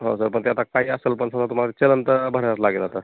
हो सर पण ते आता काही असेल पण सर आता तुम्हाला चलन तर भरायलाच लागेल आता